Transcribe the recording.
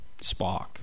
Spock